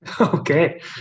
Okay